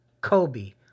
Kobe